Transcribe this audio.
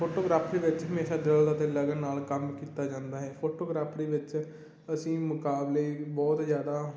photography ਵਿੱਚ ਹਮੇਸ਼ਾ ਦਿਲ ਅਤੇ ਲਗਨ ਨਾਲ ਕੰਮ ਕੀਤਾ ਜਾਂਦਾ ਹੈ ਫੋਟੋਗ੍ਰਾਫਰੀ ਦੇ ਵਿੱਚ ਅਸੀਂ ਮੁਕਾਬਲੇ ਬਹੁਤ ਜ਼ਿਆਦਾ